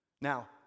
Now